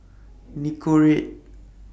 Nicorette